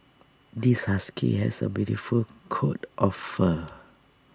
this husky has A beautiful coat of fur